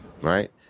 right